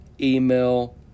email